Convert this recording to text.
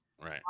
Right